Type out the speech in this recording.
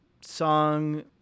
song